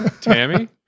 tammy